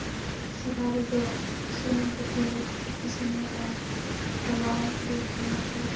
ᱥᱚᱨᱦᱟᱭ ᱨᱮᱫᱚ ᱥᱩᱱᱩᱢ ᱯᱤᱴᱷᱟᱹ ᱤᱥᱤᱱ ᱦᱩᱭᱩᱜᱼᱟ ᱦᱚᱞᱚᱝ ᱜᱩᱲ ᱠᱚ ᱚᱱᱟ ᱠᱚ